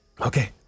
Okay